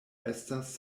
estas